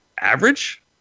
average